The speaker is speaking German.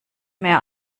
mehr